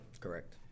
Correct